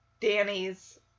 Danny's